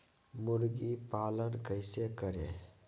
मुर्गी पालन कैसे करें?